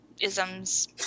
isms